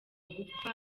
gupfa